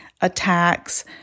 attacks